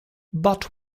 but